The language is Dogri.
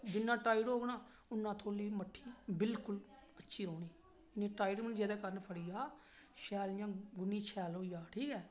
जिन्ना टाइट होग ना उन्ना थुआढ़े लेई मट्ठी बिल्कुल अच्छी रौंहनी इन्नी टाइट बी नी जेहदे काऱण फटी जा शैल गुन्नी शैल होई जा ठीक ऐ